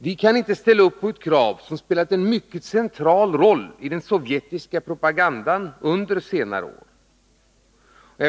Vi kan inte ställa oss bakom ett krav som spelat en mycket central roll i den sovjetiska propagandan under senare år.